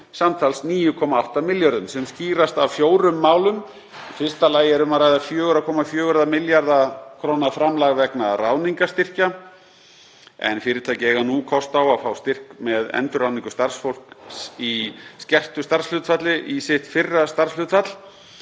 samtals 9,8 milljörðum, sem skýrast af fjórum málum. Í fyrsta lagi er um að ræða 4,4 milljarða kr. framlag vegna ráðningarstyrkja en fyrirtæki eiga nú kost á að fá styrk með endurráðningu starfsfólks í skertu starfshlutfalli í sitt fyrra starfshlutfall.